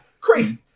crazy